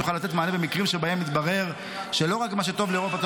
תוכל לתת מענה במקרים שבהם יתברר שלא רק מה שטוב לאירופה,